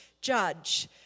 judge